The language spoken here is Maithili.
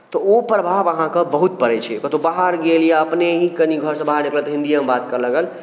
तऽ ओ प्रभाव अहाँकेँ बहुत पड़ैत छै कतहु बाहर गेल या अपने ही कनी घरसँ बाहर एक रत्ती हिन्दीएमे बात करय लागल